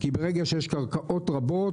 ברגע שיש קרקעות רבות,